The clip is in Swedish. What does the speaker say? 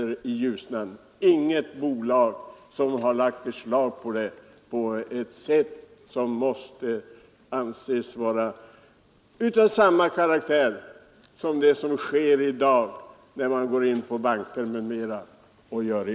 Det skall inget bolag göra som har lagt beslag på detta på ett sätt som måste anses vara av samma karaktär som när man i dag gör inbrott i banker o. d.